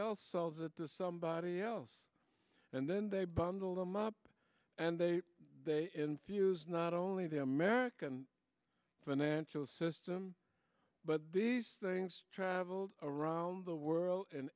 else sells it to somebody else and then they bundle them up and they infuse not only the american financial system but these things travelled around the world in